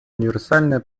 универсальное